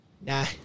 Nah